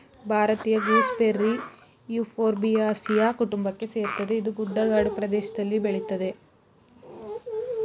ಭಾರತೀಯ gooseberry Euphorbiaceae ಕುಟುಂಬಕ್ಕೆ ಸೇರ್ತದೆ ಇದು ಗುಡ್ಡಗಾಡು ಪ್ರದೇಷ್ದಲ್ಲಿ ಬೆಳಿತದೆ